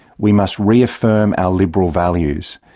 we must reaffirm our liberal values.